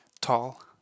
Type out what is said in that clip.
tall